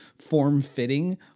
form-fitting